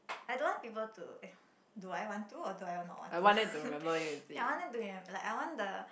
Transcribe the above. I don't want people to do I want to or do I not want to ya I want them to remem~ like I want the